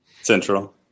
Central